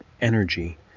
energy